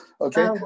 Okay